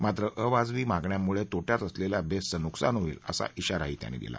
मात्र अवाजवी मागण्यांमुळे तोट्यात असलेल्या बेस्टचं नुकसान होईल असा इशाराही दिला